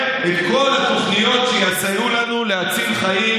את כל התוכניות שיסייעו לנו להציל חיים,